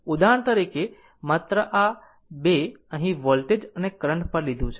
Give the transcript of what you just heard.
ઉદાહરણ તરીકે માત્ર આ 2 અહીં વોલ્ટેજ અને કરંટ પર લીધી છે